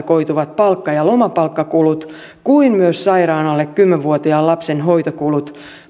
koituvat palkka ja ja lomapalkkakulut kuin myös sairaan alle kymmenen vuotiaan lapsen hoitokulut